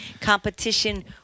competition